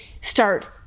start